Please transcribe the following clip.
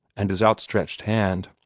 and his outstretched hand.